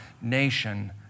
nation